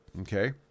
Okay